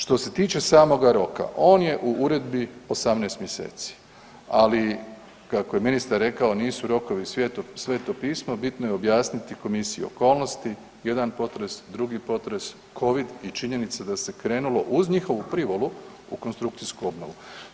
Što se tiče samoga roka on je u uredbi 18 mjeseci, ali kako je ministar rekao nisu rokovi sveto pismo, bitno je objasniti komisiji okolnosti, jedan potres, drugi potres, covid i činjenica da se krenulo uz njihovu privolu u konstrukcijsku obnovu.